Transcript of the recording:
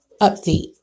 update